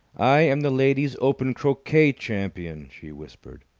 i am the ladies' open croquet champion! she whispered.